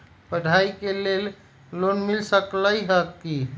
पढाई के लेल लोन मिल सकलई ह की?